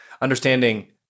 understanding